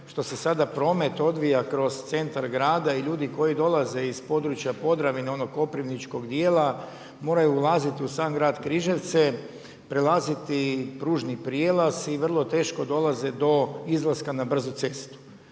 što se sada promet odvija kroz centar i ljudi koji dolaze iz područja Podravine, onog koprivničkog dijela, moraju ulazi u sam grad Križevce, prelaziti pružni prijelaz i vrlo teško dolaze do izlaska na brzu cestu.